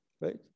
right